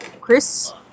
Chris